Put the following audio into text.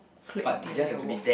click then they need to walk